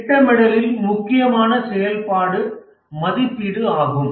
திட்டமிடலில் முக்கியமான செயல்பாடு மதிப்பீடு ஆகும்